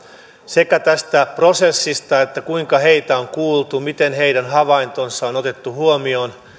sekä tästä prosessista että siitä kuinka heitä on kuultu miten heidän havaintonsa on otettu huomioon